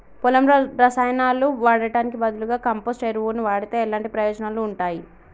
పొలంలో రసాయనాలు వాడటానికి బదులుగా కంపోస్ట్ ఎరువును వాడితే ఎలాంటి ప్రయోజనాలు ఉంటాయి?